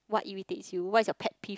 what irritates you what is your pet peeve